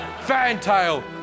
fantail